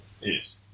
Yes